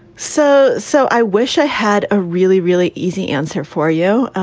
so so i wish i had a really, really easy answer for you.